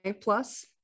plus